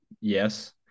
yes